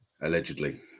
allegedly